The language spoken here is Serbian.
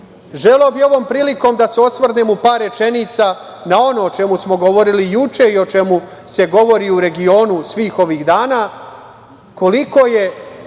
bih ovom prilikom da se osvrnem u par rečenica na ono o čemu smo govorili juče i o čemu se govori u regionu svih ovih dana – koliko je